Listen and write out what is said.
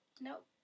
Nope